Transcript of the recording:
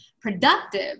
productive